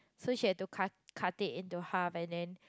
so she had to cut cut it into half and then